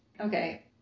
Okay